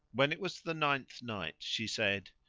when it was the ninth night, she said,